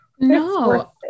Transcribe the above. no